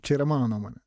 čia yra mano nuomonė